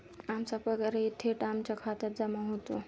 आमचा पगारही थेट आमच्या खात्यात जमा होतो